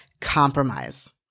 compromise